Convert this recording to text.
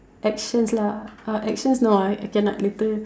actions lah uh actions no I I cannot later